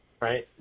right